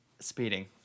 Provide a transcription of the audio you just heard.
Speeding